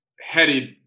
headed